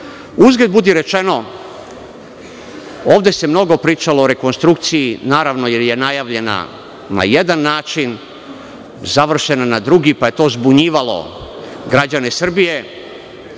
budi rečeno, ovde se mnogo pričalo o rekonstrukciji, naravno, jer je najavljena na jedan način, završena na drugi, pa je to zbunjivalo građane Srbije,